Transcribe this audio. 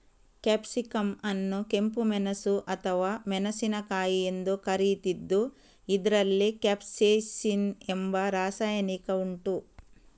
capsicum ಅನ್ನು ಕೆಂಪು ಮೆಣಸು ಅಥವಾ ಮೆಣಸಿನಕಾಯಿ ಎಂದು ಕರೀತಿದ್ದು ಇದ್ರಲ್ಲಿ ಕ್ಯಾಪ್ಸೈಸಿನ್ ಎಂಬ ರಾಸಾಯನಿಕ ಉಂಟು